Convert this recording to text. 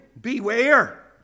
beware